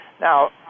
Now